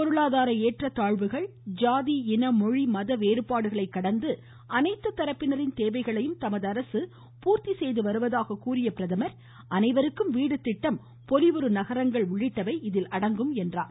பொருளாதார ஏற்றத்தாழ்வுகள் ஜாதி இன மொழி மத வேறுபாடுகளைக் கடந்து அனைத்து தரப்பினரின் தேவைகளையும் தமது அரசு பூர்த்தி செய்து வருவதாக கூறிய பிரதமர் அனைவருக்கும் வீடு திட்டம் பொலிவுறு நகரங்கள் உள்ளிட்டவை இதில் அடங்கும் என்றார்